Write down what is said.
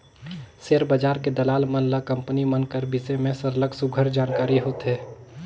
share बजार के दलाल मन ल कंपनी मन कर बिसे में सरलग सुग्घर जानकारी होथे